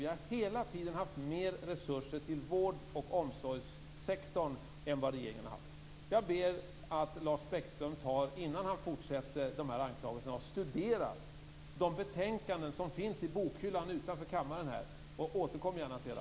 Vi har hela tiden haft mer resurser till vård och omsorgssektorn än vad regeringen har haft. Jag ber att Lars Bäckström, innan han fortsätter med anklagelserna, studerar de betänkanden som finns i bokhyllan här utanför kammaren. Sedan kan han gärna återkomma.